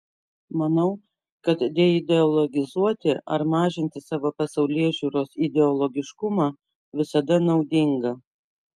manau kad deideologizuoti ar mažinti savo pasaulėžiūros ideologiškumą visada naudinga